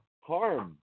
harm